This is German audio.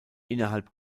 innerhalb